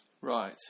Right